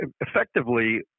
effectively